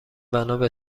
بنابه